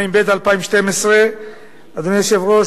התשע"ב 2012. אדוני היושב-ראש,